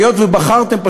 היות שבחרתם,